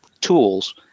tools